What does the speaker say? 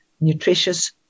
nutritious